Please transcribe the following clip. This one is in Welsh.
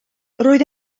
roedd